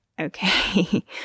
okay